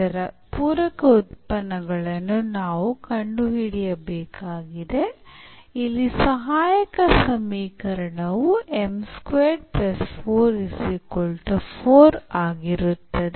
ಇದರ ಪೂರಕ ಉತ್ಪನ್ನಗಳನ್ನು ನಾವು ಕಂಡುಹಿಡಿಯಬೇಕಾಗಿದೆ ಅಲ್ಲಿ ಸಹಾಯಕ ಸಮೀಕರಣವು ಆಗಿರುತ್ತದೆ